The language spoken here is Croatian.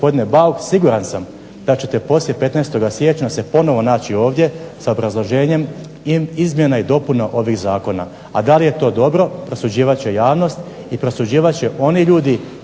gospodine Bauk siguran sam da ćete poslije 15. siječnja se ponovo naći ovdje sa obrazloženjem izmjena i dopuna ovih zakona, a da li je to dobro prosuđivat će javnost i prosuđivat će oni ljudi